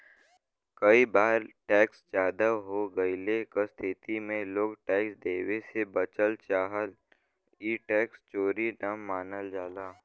कई बार टैक्स जादा हो गइले क स्थिति में लोग टैक्स देवे से बचल चाहन ई टैक्स चोरी न मानल जाला